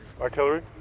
Artillery